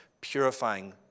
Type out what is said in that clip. purifying